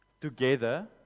together